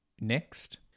next